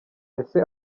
ese